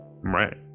Right